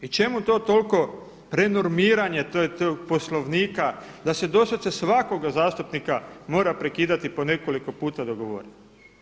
I čemu to toliko prenormiranje tog Poslovnika da se doslovce svakoga zastupnika mora prekidati po nekoliko puta dok govori?